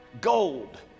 Gold